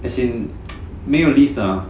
as in 没有 lease 的 ah